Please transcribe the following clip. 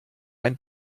ein